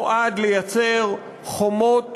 נועד ליצור חומות